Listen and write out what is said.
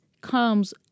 comes